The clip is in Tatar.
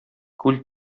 күл